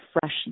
fresh